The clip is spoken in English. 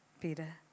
Peter